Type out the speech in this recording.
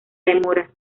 demora